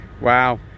Wow